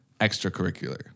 extracurricular